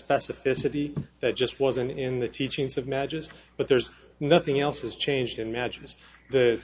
specificity that just wasn't in the teachings of majesty but there's nothing else has changed in majesty the